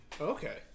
okay